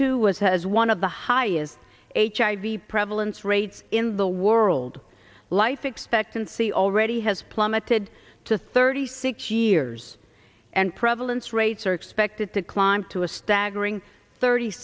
to was has one of the highest hiv prevalence rates in the world life expectancy already has plummeted to thirty six years and prevalence rates are expected to climb to a staggering thirty